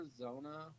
arizona